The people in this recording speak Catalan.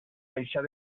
deixar